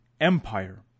empire